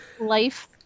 life